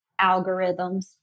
algorithms